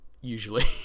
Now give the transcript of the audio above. usually